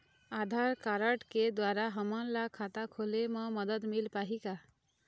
आधार card के द्वारा हमन ला खाता खोले म मदद मिल पाही का?